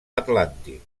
atlàntic